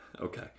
Okay